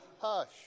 Hush